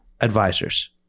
advisors